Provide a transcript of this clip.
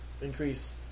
increase